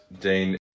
Dean